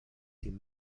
cinc